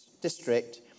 district